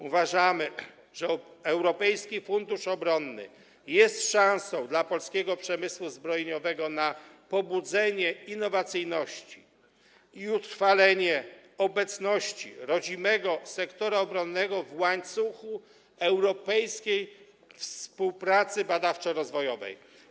Uważamy, że Europejski Fundusz Obronny jest szansą dla polskiego przemysłu zbrojeniowego na pobudzenie innowacyjności i utrwalenie obecności rodzimego sektora obronnego w łańcuchu europejskiej współpracy badawczo-rozwojowej.